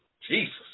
Jesus